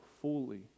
fully